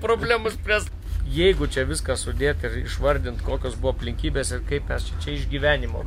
problemų spręs jeigu čia viską sudėt ir išvardint kokios buvo aplinkybės ir kaip mes čia išgyvenimo